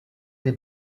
des